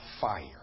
fire